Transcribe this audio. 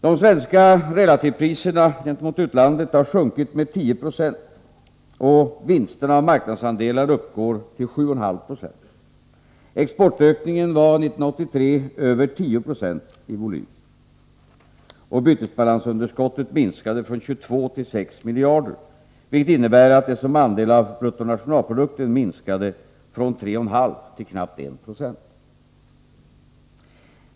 De svenska relativpriserna— gentemot utlandet — har sjunkit med 10 26 och marknadsandelsvinsterna har uppgått till 7,5 2. Exportökningen var 1983 över 10976 i volym. Bytesbalansunderskottet minskade från 22 miljarder till 6 miljarder, vilket innebär att det som andel av bruttonationalprodukten minskade med tre fjärdedelar, från 3,6 96 till knappt 196.